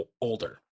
older